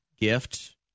gift